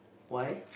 why